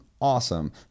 awesome